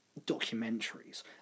documentaries